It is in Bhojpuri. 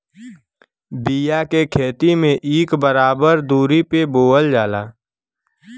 बिया के खेती में इक बराबर दुरी पे बोवल जाला